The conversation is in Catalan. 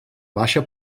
baixa